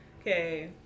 okay